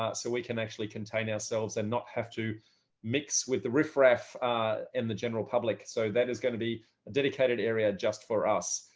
so we can actually contain ourselves and not have to mix with the riffraff in the general public. so that is going to be a dedicated area just for us.